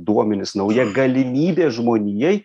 duomenys nauja galimybė žmonijai